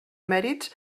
mèrits